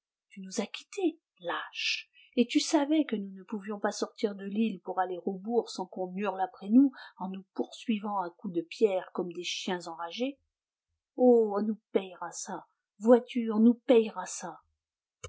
tu nous as quittés lâche et tu savais que nous ne pouvions pas sortir de l'île pour aller au bourg sans qu'on hurle après nous en nous poursuivant à coups de pierres comme des chiens enragés oh on nous payera ça vois-tu on nous payera ça un